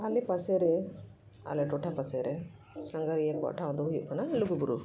ᱟᱞᱮ ᱯᱟᱥᱮᱨᱮ ᱟᱞᱮ ᱴᱚᱴᱷᱟ ᱯᱟᱥᱮᱨᱮ ᱥᱟᱸᱜᱷᱟᱨᱤᱭᱟᱹ ᱠᱚᱣᱟᱜ ᱴᱷᱟᱶ ᱫᱚ ᱦᱩᱭᱩᱜ ᱠᱟᱱᱟ ᱞᱩᱜᱩᱵᱩᱨᱩ